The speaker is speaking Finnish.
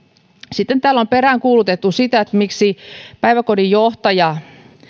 sitten täällä on peräänkuulutettu sitä miksi päiväkodin johtajan